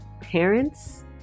parents